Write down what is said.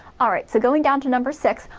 alright, so going down to number six,